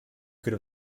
could